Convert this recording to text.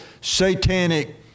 satanic